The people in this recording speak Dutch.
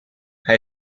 hij